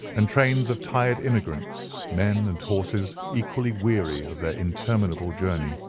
and trains of tired immigrants, men and horses equally weary of their interminable journey.